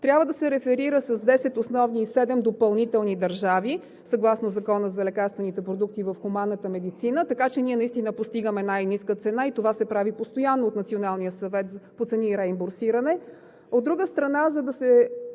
трябва да се реферира с десет основни и седем допълнителни държави, съгласно Закона за лекарствените продукти в хуманната медицина, така че ние наистина постигаме най-ниска цена. Това се прави постоянно от Националния съвет по цени и реимбурсиране. От друга страна, за да се